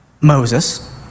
Moses